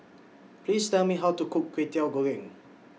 Please Tell Me How to Cook Kwetiau Goreng